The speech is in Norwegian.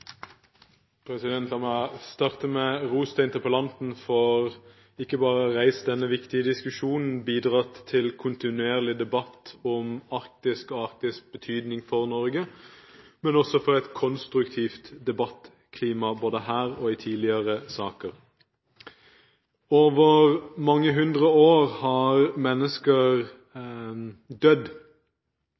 La meg starte med å gi ros til interpellanten for ikke bare å ha reist denne viktige diskusjonen og bidratt til en kontinuerlig debatt om Arktis og Arktis’ betydning for Norge, men også for et konstruktivt debattklima – både her og i tidligere saker. Over mange hundre år har mennesker dødd